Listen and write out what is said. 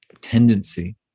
tendency